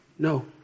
No